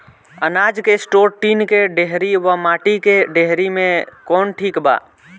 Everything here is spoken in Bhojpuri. अनाज के स्टोर टीन के डेहरी व माटी के डेहरी मे कवन ठीक बा?